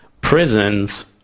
prisons